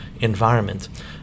environment